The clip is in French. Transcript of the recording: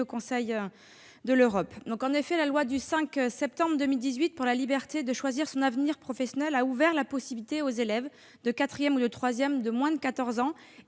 Conseil de l'Europe. En effet, la loi du 5 septembre 2018 pour la liberté de choisir son avenir professionnel a ouvert la possibilité aux élèves de quatrième et de troisième de moins de 14 ans et